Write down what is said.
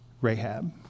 Rahab